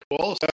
cool